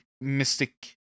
mystic